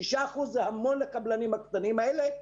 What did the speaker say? שישה אחוזים זה המון לקבלנים הקטנים האלה.